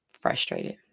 frustrated